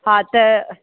हा त